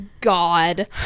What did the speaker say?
God